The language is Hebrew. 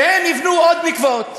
שהם יבנו עוד מקוואות.